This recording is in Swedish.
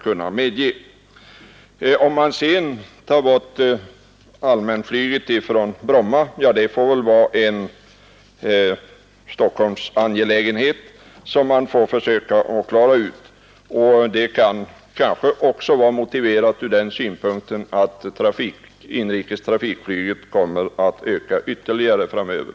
Frågan om man skall ta bort allmänflyget från Bromma får vara en Stockholmsangelägenhet att försöka klara ut. Ett borttagande kan kanske vara motiverat från den synpunkten att det inrikes trafikflyget kommer att öka ytterligare framöver.